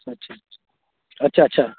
अच्छा अच्छा अच्छा